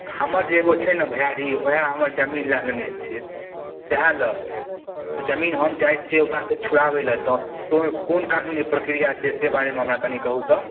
हमर जे एगो छै ने भैआरी उएह हमर जमीन लए लेने छै सएह लेल जमीन हम चाहै छियै ओकरासँ छुड़ाबै लेल तऽ ओहिमे कोन कानूनी प्रक्रिया छै से बारेमे हमरा कनि कहू तऽ